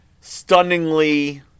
stunningly